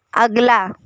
अगला